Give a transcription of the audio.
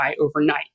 overnight